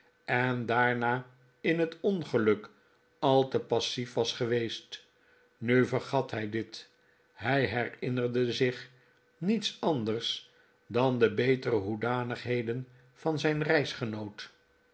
en daarna in het ongeluk al te passief was geweest nu vergat hij dit hij herinnerde zich niets anders dan de betere hoedanigheden van zijn